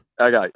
Okay